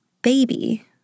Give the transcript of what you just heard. baby